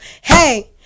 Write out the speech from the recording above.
Hey